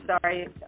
Sorry